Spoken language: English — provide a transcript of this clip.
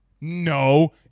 No